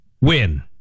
win